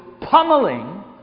pummeling